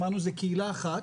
אמרנו, זה קהילה אחת.